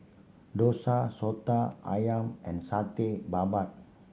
dosa Soto Ayam and Satay Babat